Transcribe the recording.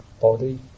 body